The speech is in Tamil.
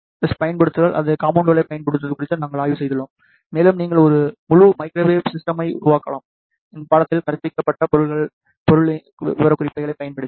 எஸ் பயன்படுத்துதல் அல்லது காம்போனென்ட்களைப் பயன்படுத்துவது குறித்து நாங்கள் ஆய்வு செய்துள்ளோம் மேலும் நீங்கள் ஒரு முழு மைகிரோவேவ் சிஸ்டம்மை உருவாக்கலாம் இந்த பாடத்திட்டத்தில் கற்பிக்கப்பட்ட பொருளைப் விவரக்குறிப்புகளைப் பயன்படுத்தி